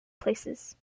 places